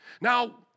Now